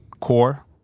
core